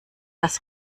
das